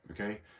okay